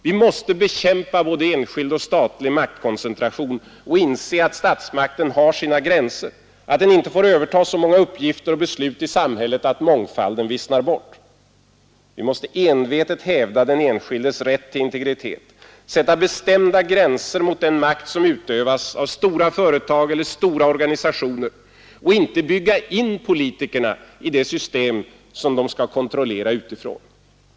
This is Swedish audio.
Vi måste bekämpa både enskild och statlig maktkoncentration och inse att statsmakten har sina gränser, att den inte får överta så många uppgifter och beslut i samhället att mångfalden vissnar bort. Vi måste envetet hävda den enskildes rätt till integritet, sätta bestämda gränser mot den makt som utövas av stora företag eller stora organisationer och inte bygga in politikerna i det system som de skall kontrollera utifrån.